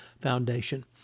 Foundation